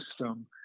system